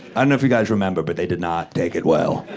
i don't know if you guys remember, but they did not take it well,